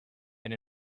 and